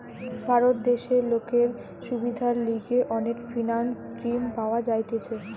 ভারত দেশে লোকের সুবিধার লিগে অনেক ফিন্যান্স স্কিম পাওয়া যাইতেছে